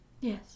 Yes